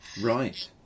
right